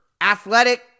athletic